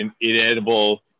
inedible